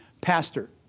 pastor